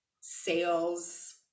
sales